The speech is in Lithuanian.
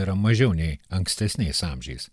yra mažiau nei ankstesniais amžiais